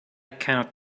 cannot